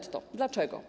Dlaczego?